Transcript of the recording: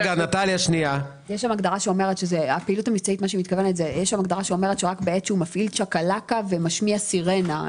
הגדרה שאומרת שרק בעת שמפעיל צ'קלאקה ומשמיע סירנה.